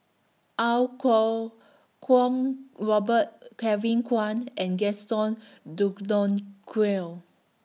Iau Kuo Kwong Robert Kevin Kwan and Gaston Dutronquoy